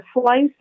slice